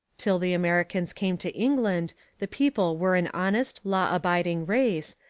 till the americans came to england the people were an honest, law-abiding race,